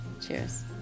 Cheers